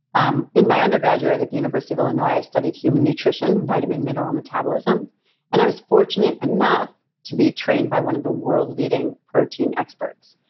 um in my undergraduate at university of illinois i studied human nutrition, vitamin-mineral metabolism and i was fortunate enough to be trained by one of the world leading protein experts.